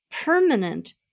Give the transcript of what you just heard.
permanent